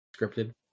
scripted